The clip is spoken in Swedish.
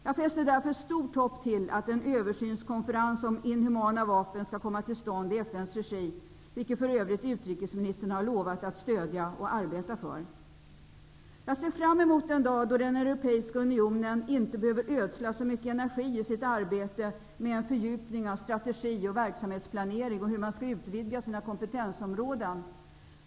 Jag fäster därför stort hopp till att en översynskonferens i FN:s regi om inhumana vapen skall komma till stånd, vilken för övrigt utrikesministern har lovat att stödja och att arbeta för. Jag ser fram emot den dag då den europeiska unionen inte behöver ödsla så mycket energi i sitt arbete med en fördjupning av strategi och verksamhetsplanering och på hur man kan utvidga sina kompetensområden.